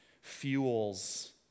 fuels